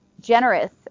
generous